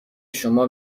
شما